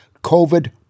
COVID